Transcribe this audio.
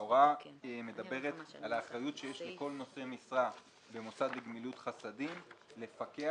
ההוראה מדברת על האחריות שיש לכל נושא משרה במוסד לגמילות חסדים לפקח,